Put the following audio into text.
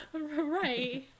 Right